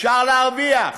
אפשר להרוויח,